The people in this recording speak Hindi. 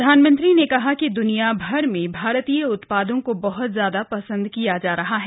प्रधानमंत्री ने कहा कि दुनियाभर मेंभारतीय उत्पादों को बहुत ज्यादा पसन्द किया जा रहा है